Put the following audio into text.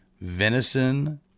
venison